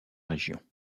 région